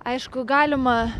aišku galima